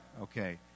okay